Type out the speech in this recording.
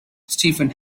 stephen